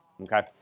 okay